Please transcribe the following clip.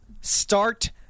start